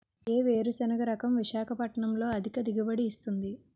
ఏ వేరుసెనగ రకం విశాఖపట్నం లో అధిక దిగుబడి ఇస్తుంది?